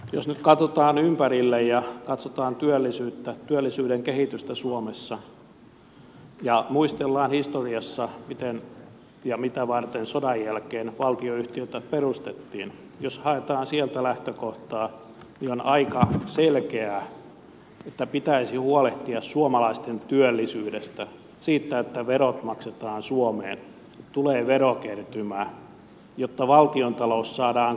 jos nyt katsotaan ympärille ja katsotaan työllisyyttä työllisyyden kehitystä suomessa ja muistellaan historiassa miten ja mitä varten sodan jälkeen valtionyhtiöitä perustettiin jos haetaan sieltä lähtökohtaa niin on aika selkeää että pitäisi huolehtia suomalaisten työllisyydestä siitä että verot maksetaan suomeen tulee verokertymää jotta valtiontalous saadaan kuntoon